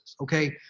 okay